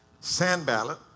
Sandballot